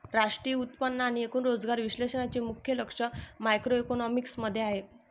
राष्ट्रीय उत्पन्न आणि एकूण रोजगार विश्लेषणाचे मुख्य लक्ष मॅक्रोइकॉनॉमिक्स मध्ये आहे